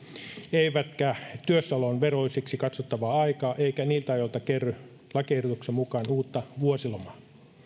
eivätkä työssäolon veroiseksi katsottavaa aikaa eikä niiltä ajoilta kerry lakiehdotuksen mukaan uutta vuosilomaa